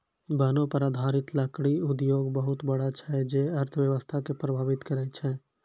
वनो पर आधारित लकड़ी उद्योग बहुत बड़ा छै जे अर्थव्यवस्था के प्रभावित करै छै